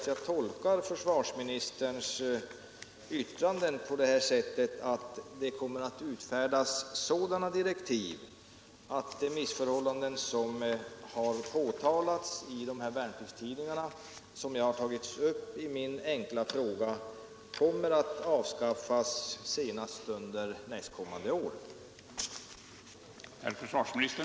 Jag tolkar försvarsministerns yttranden på det sättet att det kommer att utfärdas sådana direktiv att de missförhållanden som har påtalats i värnpliktstidningarna och som jag har tagit upp i min fråga kommer att avskaffas senast under nästkommande år.